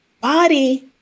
body